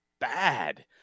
bad